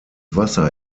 wasser